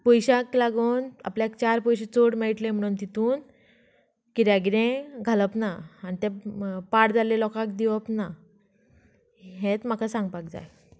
पयशाक लागून आपल्याक चार पयशे चड मेळटले म्हणून तितून किद्या कितें घालप ना आनी ते पाड जाल्ले लोकांक दिवप ना हेच म्हाका सांगपाक जाय